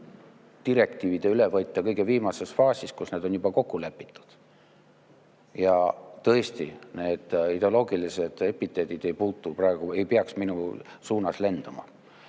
direktiivide ülevõtja kõige viimases faasis, kus need on juba kokku lepitud. Ja tõesti, need ideoloogilised epiteedid ei puutu praegu, ei peaks minu suunas lendama.